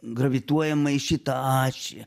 gravituojama į šitą ašį